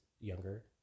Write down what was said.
younger